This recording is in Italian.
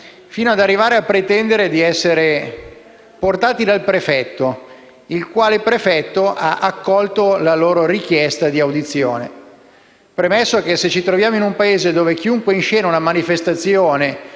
fino ad arrivare a pretendere di essere condotti dal prefetto, il quale ha accolto la loro richiesta di audizione. Premesso che, se ci troviamo in un Paese in cui chiunque inscena una manifestazione